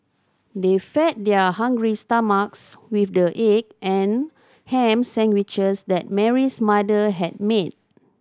they fed their hungry stomachs with the egg and ham sandwiches that Mary's mother had made